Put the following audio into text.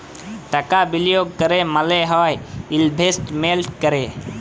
টাকা বিলিয়গ ক্যরা মালে হ্যয় ইলভেস্টমেল্ট ক্যরা